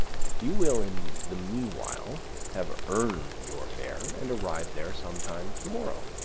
you will in the meanwhile have earned your fare, and arrive there some time tomorrow,